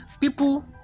people